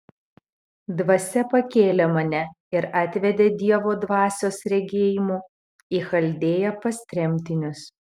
dvasia pakėlė mane ir atvedė dievo dvasios regėjimu į chaldėją pas tremtinius